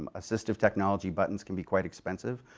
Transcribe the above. ah assistive technology buttons can be quite expensive,